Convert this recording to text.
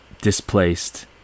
displaced